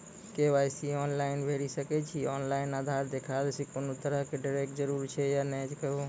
KYC online भैरि सकैत छी, ऑनलाइन आधार देलासॅ कुनू तरहक डरैक जरूरत छै या नै कहू?